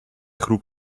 groep